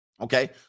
okay